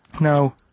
Now